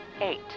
eight